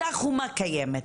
אותה חומה קיימת.